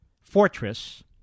fortress